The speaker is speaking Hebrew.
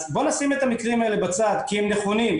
אז בואו נשים את המקרים האלה בצד כי הם נכונים,